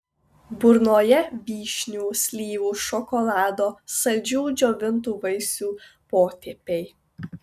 burnoje vyšnių slyvų šokolado saldžių džiovintų vaisių potėpiai